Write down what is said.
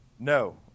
No